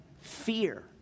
fear